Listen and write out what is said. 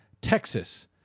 Texas